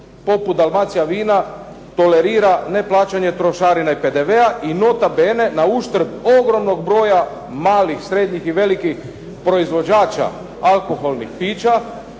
poput "Dalmacija vina" tolerira neplaćanje trošarina i PDV-a i nota bene na uštrb ogromnog broja malih, srednjih i velikih proizvođača alkoholnih pića